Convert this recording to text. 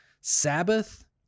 Sabbath